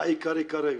העיקרי כרגע.